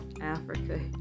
Africa